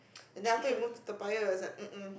and then after that we moved to Toa-Payoh and it was like mm mm